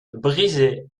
brisé